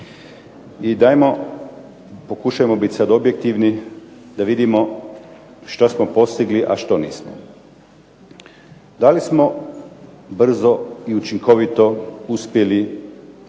I dajmo pokušajmo biti sada objektivni da vidimo što smo postigli a što nismo. Da li smo brzo i učinkovito uspjeli u onome